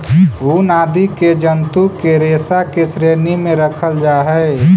ऊन आदि के जन्तु के रेशा के श्रेणी में रखल जा हई